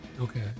Okay